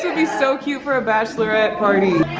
be so cute for a bachelorette party.